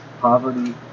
poverty